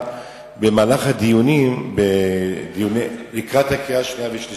במהלך הדיונים לקראת הקריאה השנייה והשלישית.